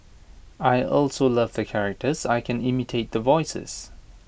I also love the characters I can imitate the voices